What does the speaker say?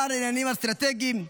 עם השר לעניינים אסטרטגיים?